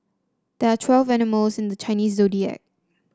there are twelve animals in the Chinese Zodiac